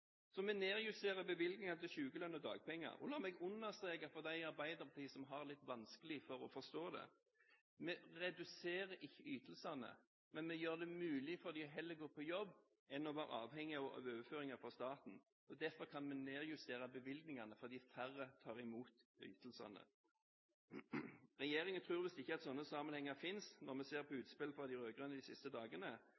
Så vi nedjusterer bevilgningene til sykelønn og dagpenger. Og la meg understreke for dem i Arbeiderpartiet som har litt vanskelig for å forstå det: Vi reduserer ikke ytelsene, men vi gjør det mulig heller å gå på jobb enn å være avhengig av overføringer fra staten. Derfor kan vi nedjustere bevilgningene, fordi færre tar imot ytelser. Regjeringen tror visst ikke at sånne sammenhenger fins, når vi ser på